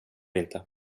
inte